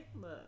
look